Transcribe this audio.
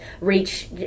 reach